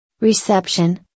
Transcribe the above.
Reception